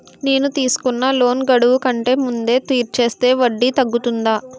నేను తీసుకున్న లోన్ గడువు కంటే ముందే తీర్చేస్తే వడ్డీ తగ్గుతుందా?